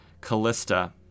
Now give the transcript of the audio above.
Callista